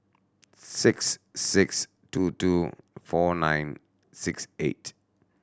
six six two two four nine six eight